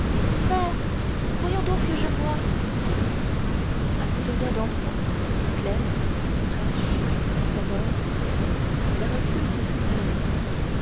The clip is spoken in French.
mère voyons donc que je voie à cette voix d'enfant claire fraîche sonore la recluse tressaillit